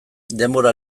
denbora